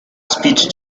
speech